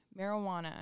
marijuana